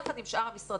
יחד עם שאר המשרדים,